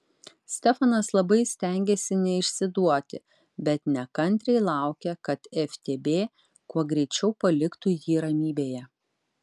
stefanas labai stengėsi neišsiduoti bet nekantriai laukė kad ftb kuo greičiau paliktų jį ramybėje